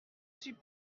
suis